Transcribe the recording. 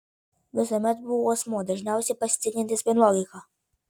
visuomet buvau asmuo dažniausiai pasitikintis vien logika